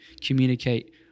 communicate